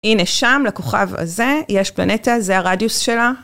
הנה שם לכוכב הזה יש פלנטה, זה הרדיוס שלה.